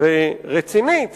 ורצינית